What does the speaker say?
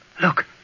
Look